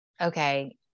okay